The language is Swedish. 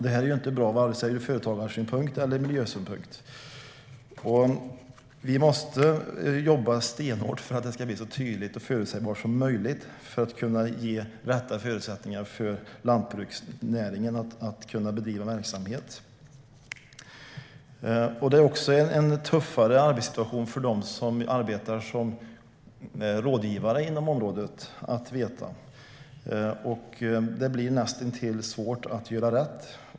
Det är inte bra ur vare sig företagarsynpunkt eller miljösynpunkt. Vi måste jobba stenhårt för att det ska bli så tydligt och förutsägbart som möjligt för att kunna ge rätt förutsättningar för lantbruksnäringen att bedriva verksamhet. Det är också en tuffare arbetssituation för dem som arbetar som rådgivare inom området. Det blir näst intill svårt att göra rätt.